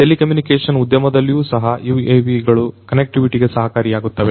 telecommunication ಉದ್ಯಮದಲ್ಲಿಯೂ ಸಹ UAV ಗಳು ಕನ್ನೆಕ್ಟಿವಿಟಿ ಗೆ ಸಹಕಾರಿಯಾಗಿರುತ್ತವೆ